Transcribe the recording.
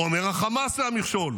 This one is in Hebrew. אומר: החמאס הוא המכשול,